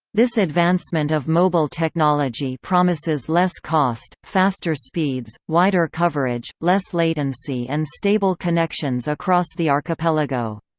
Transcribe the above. this advancement of mobile technology promises less cost, faster speeds, wider coverage, less latency and stable connections across the archipelago.